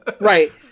Right